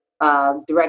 Direct